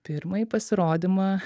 pirmąjį pasirodymą